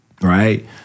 Right